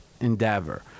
endeavor